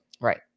Right